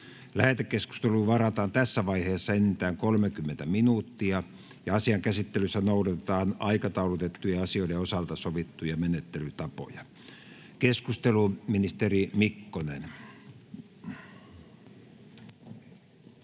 Lähetekeskusteluun varataan tässä vaiheessa enintään 30 minuuttia. Asian käsittelyssä noudatetaan aikataulutettujen asioiden osalta sovittuja menettelytapoja. — Keskustelu, ministeri Mikkonen.